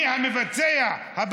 מי המבצע?